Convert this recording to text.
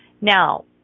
Now